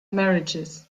marriages